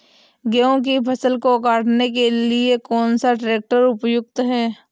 गेहूँ की फसल काटने के लिए कौन सा ट्रैक्टर उपयुक्त है?